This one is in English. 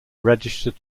registered